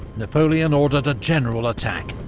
napoleon ordered a general attack.